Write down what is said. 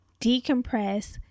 decompress